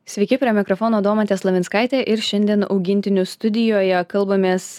sveiki prie mikrofono domantė slavinskaitė ir šiandien augintinių studijoje kalbamės